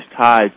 tied